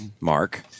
Mark